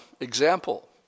example